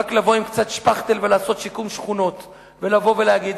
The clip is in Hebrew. רק לבוא עם קצת שפכטל ולעשות שיקום שכונות ולבוא ולהגיד,